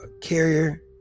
carrier